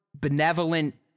benevolent